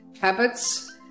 habits